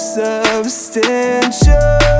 substantial